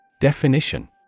Definition